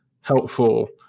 helpful